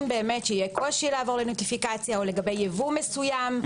שיהיה קושי לעבור לנוטיפיקציה או לגבי ייבוא מסוים.